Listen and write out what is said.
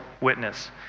witness